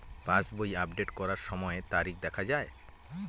পাসবই update করার সময়ে তারিখ দেখা য়ায়?